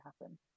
happen